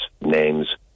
names